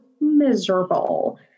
miserable